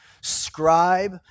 scribe